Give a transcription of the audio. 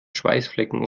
schweißflecken